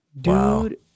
Dude